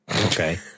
Okay